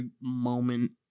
moment